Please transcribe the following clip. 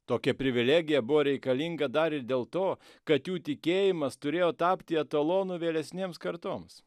tokia privilegija buvo reikalinga dar ir dėl to kad jų tikėjimas turėjo tapti etalonu vėlesnėms kartoms